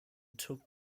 took